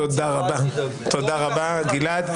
תודה רבה, גלעד.